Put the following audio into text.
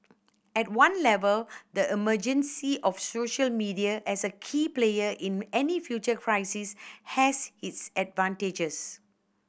at one level the emergency of social media as a key player in any future crisis has its advantages